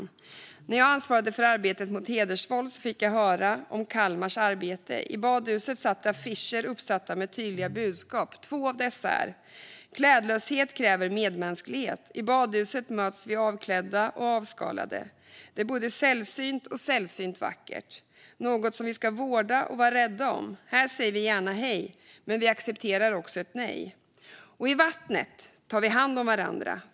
När jag ansvarade för arbetet mot hedersvåld fick jag höra om Kalmars arbete. I badhuset satt affischer med tydliga budskap uppsatta. På den ena stod det: Tillträdesförbud till badanläggningar och bibliotek Klädlöshet kräver medmänsklighet. I badhuset möts vi avklädda och avskalade. Det är både sällsynt och sällsynt vackert, något som vi ska vårda och vara rädda om. Här säger vi gärna hej, men vi accepterar också ett nej. På den andra stod det: I vattnet tar vi hand om varandra.